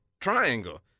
triangle